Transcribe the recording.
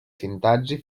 sintaxi